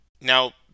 Now